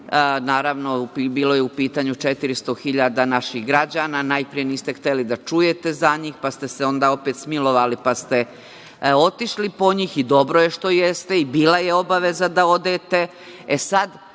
naravno, bilo je u pitanju 400.000 naših građana. Najpre niste hteli da čujete za njih, pa ste se onda opet smilovali, pa ste otišli po njih i dobro je što jeste i bila je obaveza da odete.